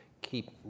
keep